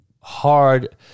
hard